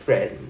friend